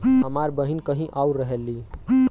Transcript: हमार बहिन कहीं और रहेली